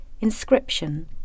inscription